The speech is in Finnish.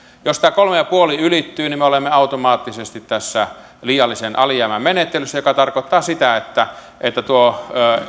jos tämä kolme pilkku viisi ylittyy niin me olemme automaattisesti tässä liiallisen alijäämän menettelyssä joka tarkoittaa sitä että että tuo